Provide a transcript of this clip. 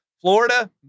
Florida